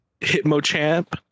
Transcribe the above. Hitmochamp